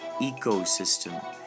ecosystem